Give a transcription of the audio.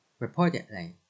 Reportedly